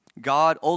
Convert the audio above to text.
God